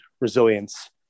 resilience